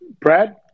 Brad